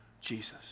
Jesus